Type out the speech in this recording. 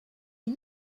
est